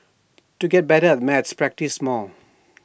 to get better at maths practise more